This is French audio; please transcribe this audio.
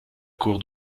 cour